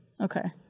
Okay